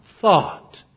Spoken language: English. thought